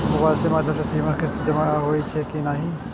Mobile के माध्यम से सीमा किस्त जमा होई छै कि नहिं?